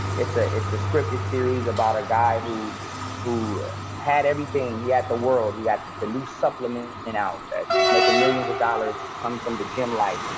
it's ah it's a scripted series about a guy who who had everything. he had the world, he had the new supplement and out that he's making millions of dollars. he's come from the gym life.